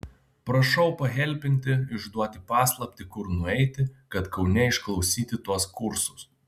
prašau pahelpinti išduoti paslaptį kur nueiti kad kaune išklausyti tuos kursus